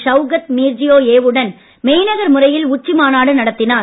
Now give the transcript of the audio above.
Shavkat Mirziyoyev டன் மெய்நிகர் முறையில் உச்சி மாநாடு நடத்தினார்